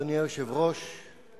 אדוני היושב-ראש, תודה,